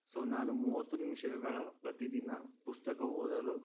so ನಾನು ಮೂವತ್ತು ನಿಮಿಷಗಳ ಪ್ರತಿ ದಿನ ಪುಸ್ತಕ ಓದಲು